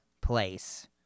place